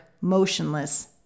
motionless